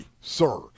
sir